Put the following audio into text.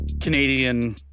Canadian